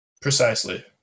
Precisely